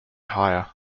higher